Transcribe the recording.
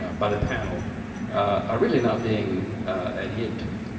by the panel are really not being adhered to.